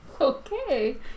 Okay